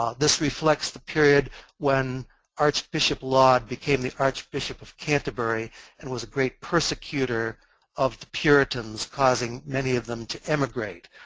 ah this reflects the period when archbishop laud became the archbishop of canterbury who and was great persecutor of puritans causing many of them to emigrate.